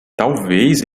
talvez